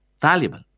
valuable